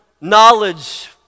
knowledge